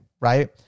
right